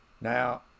Now